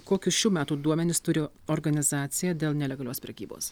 kokius šių metų duomenis turi organizacija dėl nelegalios prekybos